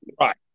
Right